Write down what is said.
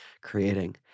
creating